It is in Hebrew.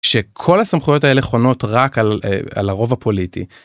שכל הסמכויות האלה חונות רק על אה... על הרוב הפוליטי.